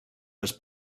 was